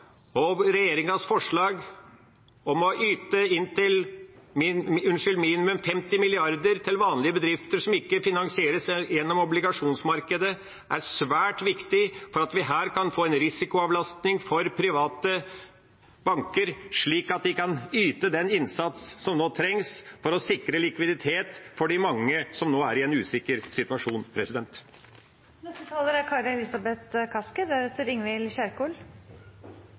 og regjeringas forslag om å yte minimum 50 mrd. kr til vanlige bedrifter som ikke finansieres gjennom obligasjonsmarkedet, er svært viktig for at vi kan få en risikoavlastning for private banker, slik at de kan yte den innsatsen som trengs for å sikre likviditet for de mange som nå er i en usikker situasjon.